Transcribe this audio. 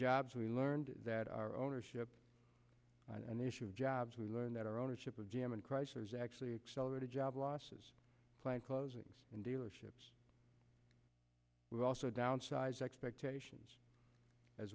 jobs we learned that our ownership and the issue of jobs we learned that our ownership of g m and chrysler is actually accelerated job losses plant closings and dealerships were also downsized expectations as